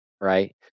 Right